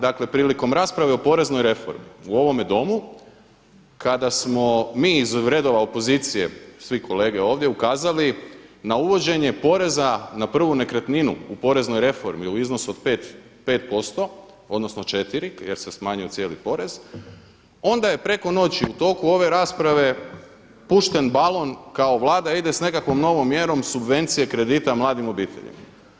Dakle, prilikom rasprave o poreznoj reformi u ovome Domu kada smo mi iz redova opozicije, svi kolege ovdje ukazali na uvođenje poreza na prvu nekretninu u poreznoj reformi u iznosu od 5%, odnosno 4 jer se smanjio cijeli porez, onda je preko noći u toku ove rasprave pušten balon kao Vlada ide sa nekakvom novom mjerom subvencije kredita mladim obiteljima.